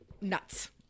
nuts